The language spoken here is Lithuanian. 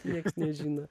nieks nežino